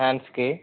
hands కి